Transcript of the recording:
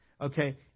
Okay